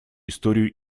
историю